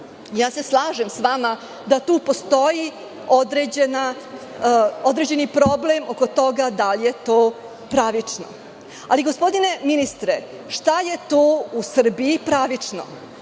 se sa vama da tu postoji određeni problem oko toga da li je to pravično. Ali, gospodine ministre, šta je to u Srbiji pravično?